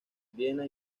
viena